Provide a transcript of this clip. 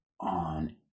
on